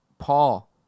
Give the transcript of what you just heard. Paul